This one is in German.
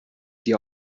die